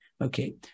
Okay